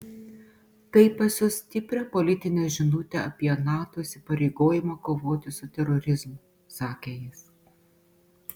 tai pasiųs stiprią politinę žinutę apie nato įsipareigojimą kovoti su terorizmu sakė jis